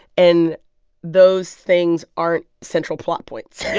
and those things aren't central plot points.